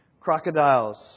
crocodiles